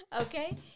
Okay